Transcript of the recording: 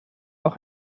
auch